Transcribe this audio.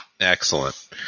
Excellent